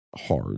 hard